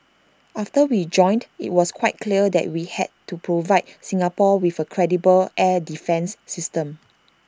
after we joined IT was quite clear that we had to provide Singapore with A credible air defence system